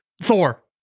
Thor